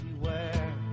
beware